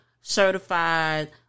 certified